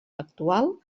actual